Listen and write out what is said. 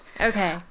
Okay